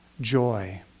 joy